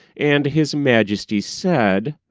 and his majesty said,